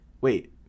wait